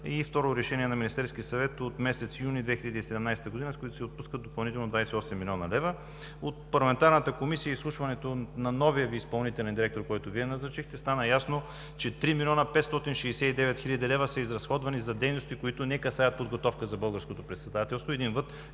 и второ решение на Министерския съвет от месец юни 2017 г., с което се отпускат допълнително 28 млн. лв. Парламентарната комисия изслуша новия изпълнителен директор, който Вие назначихте, и стана ясно, че 3 млн. 569 хил. лв. са изразходвани за дейности, които не касаят подготовката за българското председателство,